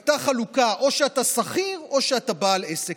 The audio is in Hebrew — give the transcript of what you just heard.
הייתה חלוקה: או שאתה שכיר או שאתה בעל עסק.